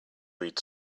read